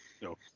No